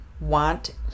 want